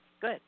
good